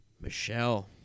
Michelle